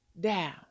down